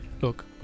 Look